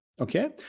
Okay